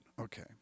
Okay